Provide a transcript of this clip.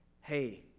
Hey